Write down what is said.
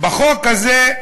בחוק הזה,